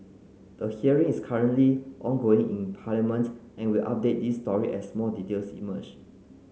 the hearing is currently ongoing in Parliament and we update this story as more details emerge